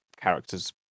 characters